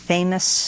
Famous